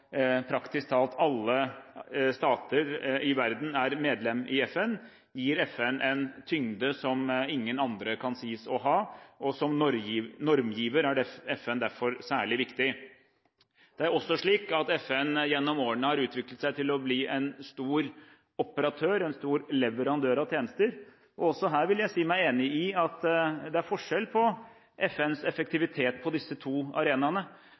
praktisk talt alle stater i verden, er medlem i FN, gir FN en tyngde som ingen andre kan sies å ha. Som normgiver er FN derfor særlig viktig. Det er også slik at FN gjennom årene har utviklet seg til å bli en stor operatør og en stor leverandør av tjenester. Også her vil jeg si meg enig i at det er forskjell på FNs effektivitet på disse to arenaene.